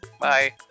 Bye